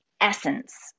essence